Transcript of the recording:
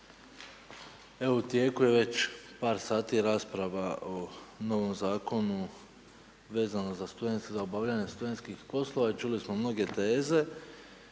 u tijeku je već par sati rasprava o novom zakonu vezano za obavljanje studentskih poslova i čuli smo mnoge teze